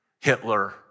Hitler